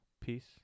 peace